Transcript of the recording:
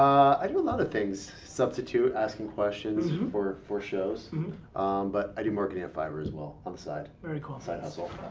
i do a lot of things. substitute asking questions for for shows but i do marketing at fiverr as well on the side. very cool. side hustle.